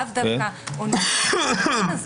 לאו דווקא עונים על --- הזה.